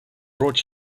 brought